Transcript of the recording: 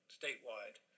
statewide